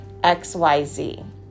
XYZ